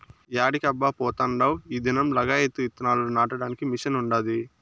యాడికబ్బా పోతాండావ్ ఈ దినం లగాయత్తు ఇత్తనాలు నాటడానికి మిషన్ ఉండాది